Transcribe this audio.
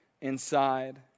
inside